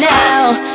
now